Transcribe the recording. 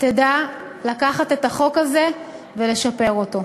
תדע לקחת את החוק הזה ולשפר אותו.